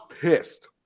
pissed